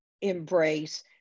embrace